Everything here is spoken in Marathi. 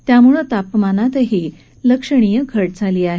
त्यामुळे तापमानातही लक्षणीय घट झाली आहे